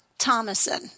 thomason